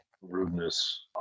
Rudeness